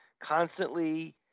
constantly